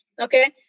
okay